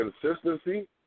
consistency